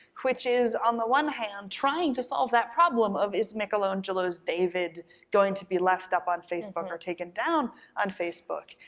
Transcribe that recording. which is on the one hand trying to solve that problem of is michelangelo's david going to be left up on facebook or taken down on facebook,